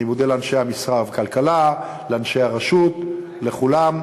אני מודה לאנשי משרד הכלכלה, לאנשי הרשות, לכולם,